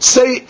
Say